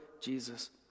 Jesus